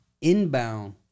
inbound